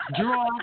Draw